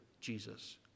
Jesus